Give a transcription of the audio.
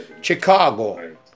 Chicago